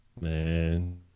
man